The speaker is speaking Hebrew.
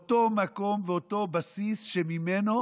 מאותו מקום ואותו בסיס שממנו,